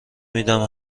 میدم